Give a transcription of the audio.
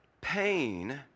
pain